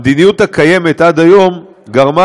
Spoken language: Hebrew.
המדיניות הקיימת עד היום גרמה,